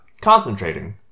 concentrating